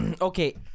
Okay